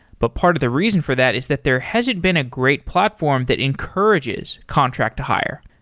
but part of the reason for that is that there hasn't been a great platform that encourages contract-to-hire.